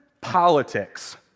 politics